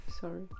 sorry